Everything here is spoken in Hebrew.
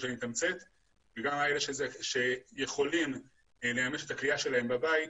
וגם אלה שיכולים לממש את הכליאה שלהם בבית,